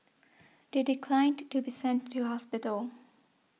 they declined to be sent to hospital